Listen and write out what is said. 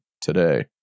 today